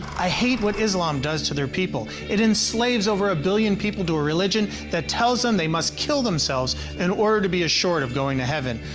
i hate what islam does to their people. it enslaves over a billion people to a religion that tells them they must kill themselves in order to be assured of going to heaven.